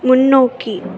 முன்னோக்கி